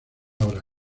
ahora